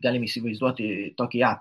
galim įsivaizduoti tokioje